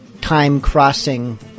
time-crossing